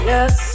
Yes